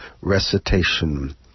recitation